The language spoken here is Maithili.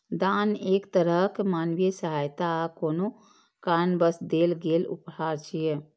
दान एक तरहक मानवीय सहायता आ कोनो कारणवश देल गेल उपहार छियै